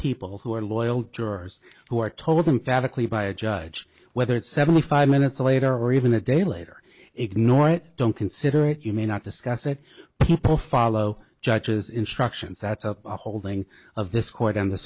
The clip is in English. people who are loyal jurors who are told them phatic lead by a judge whether it's seventy five minutes later or even a day later ignore it don't consider it you may not discuss it but people follow judge's instructions that's a holding of this court on the